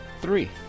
three